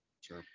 Sure